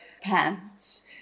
pants